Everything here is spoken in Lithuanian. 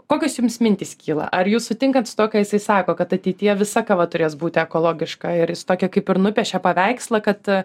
kokios jums mintys kyla ar jūs sutinkat su tuo ką jisai sako kad ateityje visa kava turės būti ekologiška ir jis tokią kaip ir nupiešė paveikslą kad